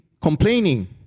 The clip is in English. complaining